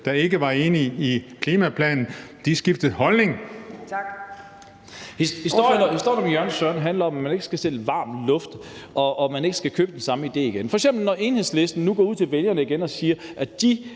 Ordføreren. Kl. 17:29 Lars Boje Mathiesen (NB): Historien om Jørgen og Søren handler om, at man ikke skal sælge varm luft, og at man ikke skal købe den samme idé igen. F.eks. går Enhedslisten nu ud til vælgerne igen og siger, at de